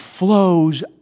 Flows